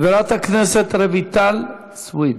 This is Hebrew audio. חברת הכנסת רויטל סויד.